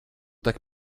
tak